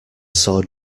saw